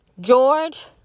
George